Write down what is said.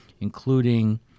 including